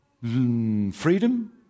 freedom